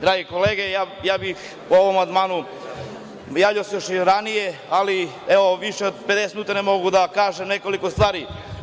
Drage kolege, ja bih se po ovom amandmanu javio još i ranije, ali više od 50 minuta ne mogu da kažem nekoliko stvari.